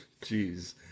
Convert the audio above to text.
Jeez